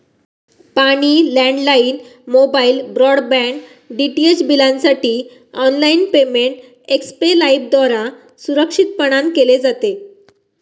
पाणी, landline, mobile, broadband, DTH बिलांसाठी online payment Xpay लाइफद्वारा सुरक्षितपणान केले जाते